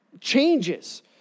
changes